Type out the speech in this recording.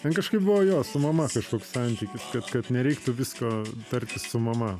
ten kažkaip buvo jo su mama kažkoks santykis kad kad nereiktų visko tartis su mama